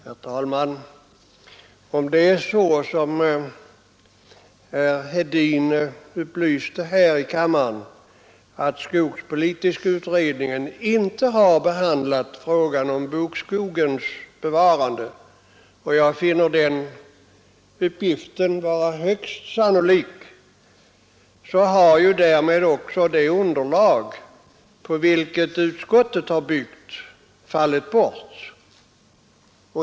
Herr talman! Om det är så som herr Hedin upplyste om här i kammaren, att skogspolitiska utredningen inte har behandlat frågan om bokskogarnas bevarande — jag finner den uppgiften vara högst sannolik — har ju därmed också det underlag på vilket utskottet byggt fallit bort.